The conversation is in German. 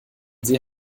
sie